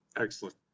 Excellent